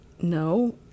no